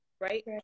right